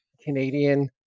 canadian